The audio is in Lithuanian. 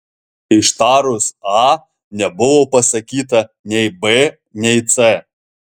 ištarus a nebuvo pasakyta nei b nei c